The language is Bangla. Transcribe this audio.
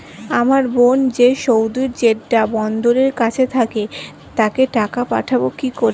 আমার বোন যে সৌদির জেড্ডা বন্দরের কাছে থাকে তাকে টাকা পাঠাবো কি করে?